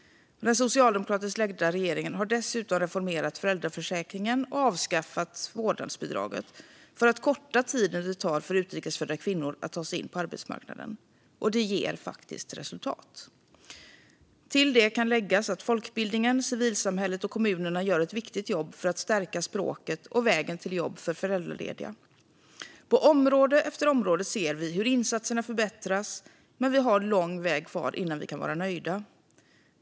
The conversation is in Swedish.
Den socialdemokratiskt ledda regeringen har dessutom reformerat föräldraförsäkringen och avskaffat vårdnadsbidraget för att förkorta den tid det tar för utrikes födda kvinnor att ta sig in på arbetsmarknaden. Och det ger resultat. Till detta kan läggas att folkbildningen, civilsamhället och kommunerna gör ett viktigt jobb för att stärka språket och vägen till jobb för föräldralediga. På område efter område ser vi hur insatserna förbättras, men vi har lång väg kvar innan vi kan vara nöjda.